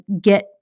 get